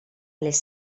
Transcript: les